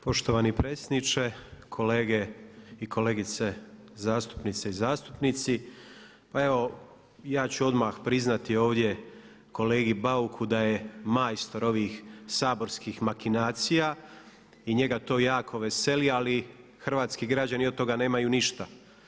Poštovani predsjedniče, kolege i kolegice zastupnice i zastupnici pa evo ja ću odmah priznati ovdje kolegi Bauku da je majstor ovih saborskih makinacija i njega to jako veseli, ali hrvatski građani od toga nemaju ništa.